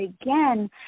again